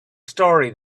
story